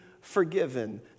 forgiven